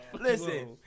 Listen